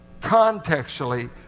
contextually